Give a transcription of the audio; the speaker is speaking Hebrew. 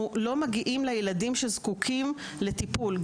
אנחנו לא מגיעים לילדים שזקוקים לטיפול.